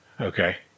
Okay